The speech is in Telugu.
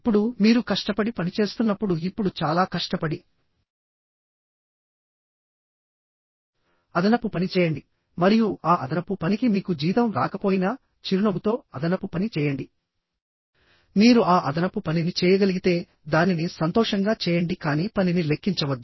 ఇప్పుడు మీరు కష్టపడి పనిచేస్తున్నప్పుడు ఇప్పుడు చాలా కష్టపడి అదనపు పనిచేయండి మరియు ఆ అదనపు పనికి మీకు జీతం రాకపోయినా చిరునవ్వుతో అదనపు పని చేయండి మీరు ఆ అదనపు పనిని చేయగలిగితే దానిని సంతోషంగా చేయండి కాని పనిని లెక్కించవద్దు